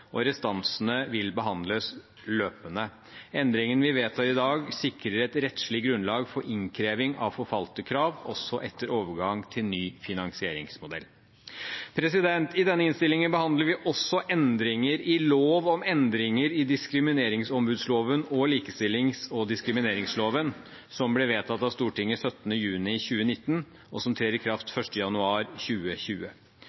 og restansene vil behandles løpende. Endringene vi vedtar i dag, sikrer et rettslig grunnlag for innkreving av forfalte krav også etter overgang til ny finansieringsmodell. I denne innstillingen behandler vi også endringer i lov om endringer i diskrimineringsombudsloven og likestillings- og diskrimineringsloven, som ble vedtatt av Stortinget den 17. juni 2019, og som trer i kraft